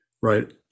right